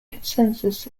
consensus